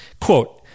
quote